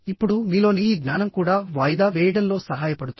ఇప్పుడు మీలోని ఈ జ్ఞానం కూడా వాయిదా వేయడంలో సహాయపడుతుంది